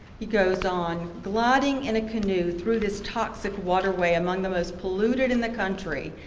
he goes on, gliding in a canoe through this toxic waterway, among the most polluted in the country,